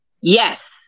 Yes